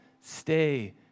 Stay